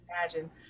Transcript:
imagine